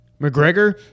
McGregor